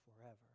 forever